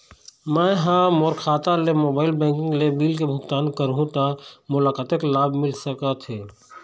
मैं हा मोर खाता ले मोबाइल बैंकिंग ले बिल के भुगतान करहूं ता मोला कतक लाभ मिल सका थे?